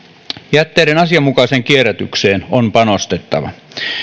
jätteiden asianmukaiseen kierrätykseen on panostettava